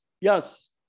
yes